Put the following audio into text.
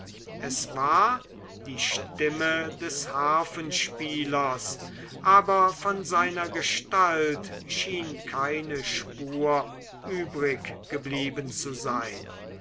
es war die stimme des harfenspielers aber von seiner gestalt schien keine spur übriggeblieben zu sein